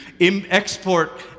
export